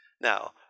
Now